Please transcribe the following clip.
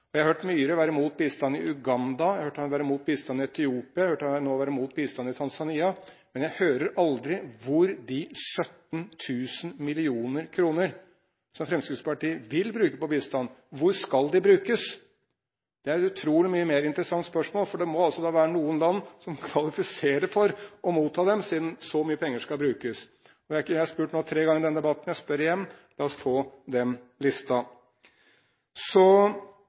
Jeg har hørt Myhre være imot bistand i Uganda, jeg har hørt ham være imot bistand i Etiopia, og jeg har nå hørt ham være imot bistand i Tanzania, men jeg hører aldri hvor de 17 000 mill. kr som Fremskrittspartiet vil bruke på bistand, skal brukes. Det er et utrolig mye mer interessant spørsmål, for det må være noen land som kvalifiserer for å motta dem, siden så mye penger skal brukes. Jeg har spurt nå tre ganger i denne debatten, og jeg spør igjen. La oss få den lista.